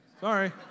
Sorry